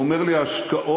הוא אומר לי: ההשקעות